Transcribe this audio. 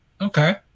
Okay